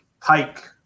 pike